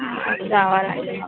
అది కావాలండి మాకు